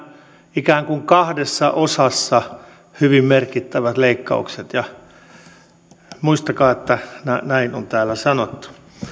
ikään kuin kahdessa osassa hyvin merkittävät leikkaukset ja muistakaa että näin on täällä sanottu